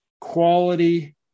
quality